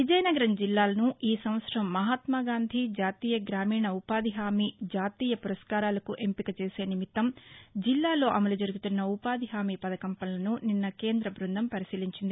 విజయనగరం జిల్లాను ఈ సంవత్సరం మహాత్నా గాంధీ జాతీయ గ్రామీణ ఉపాధి హామీ జాతీయ పురస్కారాలకు ఎంపిక చేసే నిమిత్తం జిల్లాలో అమలు జరుగుతున్న ఉపాధి హామీ పథకం పనులను నిన్న కేంద్ర బృందం పరిశీలించింది